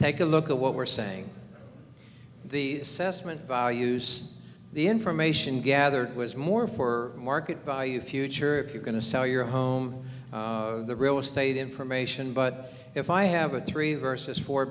take a look at what we're saying the assessment values the information gathered was more for market value future if you're going to sell your home the real estate information but if i have a three versus four